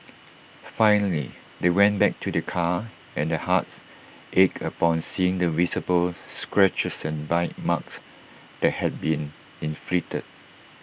finally they went back to their car and their hearts ached upon seeing the visible scratches and bite marks that had been inflicted